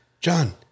John